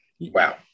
Wow